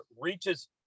reaches